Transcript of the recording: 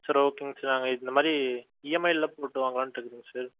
sir ஓகேங்க sir நாங்கள் இந்த மாதிரி இஎம்ஐயில போட்டு வாங்கலாம்ன்ட்டு இருக்கங்க சார்